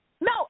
No